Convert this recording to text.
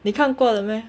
你看过了 meh